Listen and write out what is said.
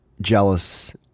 jealous